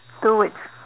two words